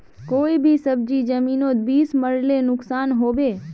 कोई भी सब्जी जमिनोत बीस मरले नुकसान होबे?